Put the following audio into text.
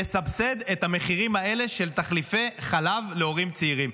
לסבסד את המחירים האלה של תחליפי חלב להורים צעירים.